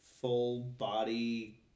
full-body